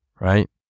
right